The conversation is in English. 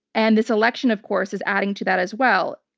and this election, of course, is adding to that as well.